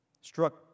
struck